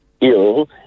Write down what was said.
ill